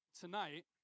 Tonight